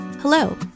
Hello